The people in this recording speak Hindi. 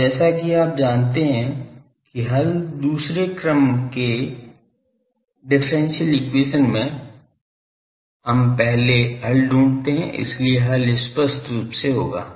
अब जैसा कि आप जानते हैं कि हल दूसरे क्रम के डिफरेंशियल एक्वेशन में हम पहले हल ढूंढते हैं इसलिए हल स्पष्ट रूप से होगा